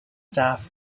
staff